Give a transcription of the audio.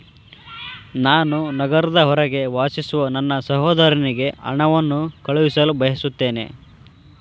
ನಾನು ನಗರದ ಹೊರಗೆ ವಾಸಿಸುವ ನನ್ನ ಸಹೋದರನಿಗೆ ಹಣವನ್ನು ಕಳುಹಿಸಲು ಬಯಸುತ್ತೇನೆ